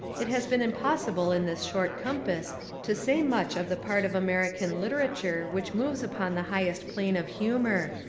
it has been impossible in this short compass to say much of the part of american literature which moves upon the highest plane of humour,